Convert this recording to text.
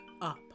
up